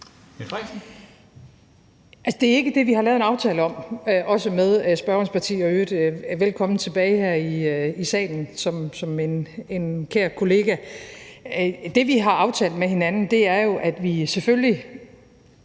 Det er ikke det, vi har lavet en aftale om, ej heller med spørgerens parti – og i øvrigt velkommen tilbage her i salen som en kær kollega. Det, vi har aftalt med hinanden, er jo, at vi selvfølgelig